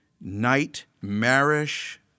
nightmarish